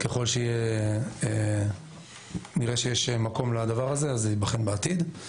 ככל שנראה שיש מקום לדבר הזה, אז זה ייבחן בעתיד.